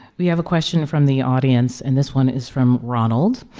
we have a question from the audience. and this one is from ronald.